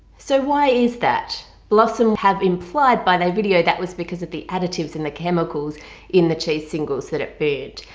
so why is that? blossom have implied by their video that was because of the additives in the chemicals in the cheese singles that it burnt.